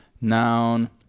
noun